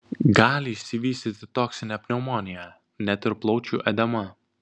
gali išsivystyti toksinė pneumonija net ir plaučių edema